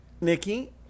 nikki